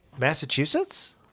Massachusetts